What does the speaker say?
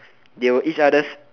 they were each other's